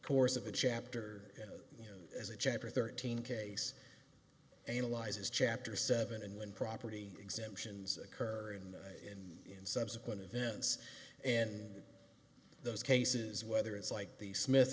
course of a chapter and you know as a chapter thirteen case analyzes chapter seven and when property exemptions occur and in subsequent events and those cases whether it's like the smith